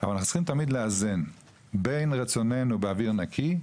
אבל אנחנו צריכים תמיד לאזן בין רצוננו באוויר נקי,